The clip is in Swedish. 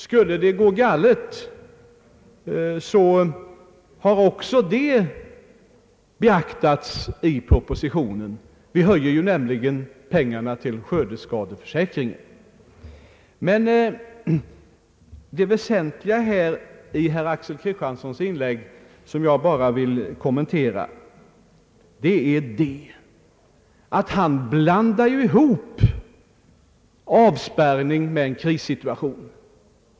Skulle det gå galet så har också det beaktats i propositionen. Vi höjer nämligen anslagen till skördeskadeförsäkringen. Det väsentliga i herr Axel Kristianssons inlägg, som jag vill kommentera, är att han blandar ihop avspärrning med en krissituation.